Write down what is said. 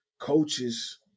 coaches